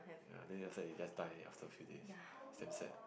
ya then after that they just die after a few days it's damn sad